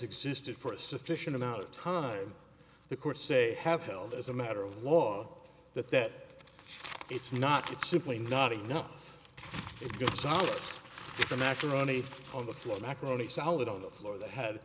existed for a sufficient amount of time the court say have held as a matter of law that that it's not it's simply not enough time for macaroni on the floor macaroni salad on the floor that had